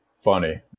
funny